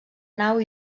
nau